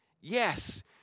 Yes